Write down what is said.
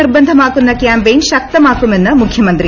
നിർബന്ധമാക്കുന്ന campaign ശക്തമാക്കുമെന്ന് മുഖൃമന്ത്രി